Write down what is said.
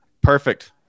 Perfect